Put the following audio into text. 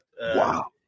Wow